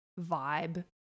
vibe